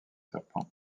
serpent